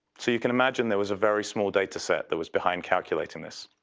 so you can imagine there was a very small data set that was behind calculating this.